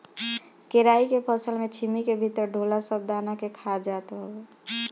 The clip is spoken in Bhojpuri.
केराई के फसल में छीमी के भीतर ढोला सब दाना के खा जात हवे